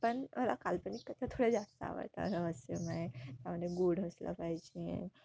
पण मला काल्पनिक कथा थोड्या जास्त आवडतं रहस्यमय त्यामध्ये गूढ असलं पाहिजे